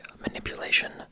manipulation